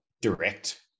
direct